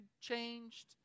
changed